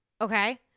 Okay